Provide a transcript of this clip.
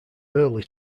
burley